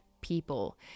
people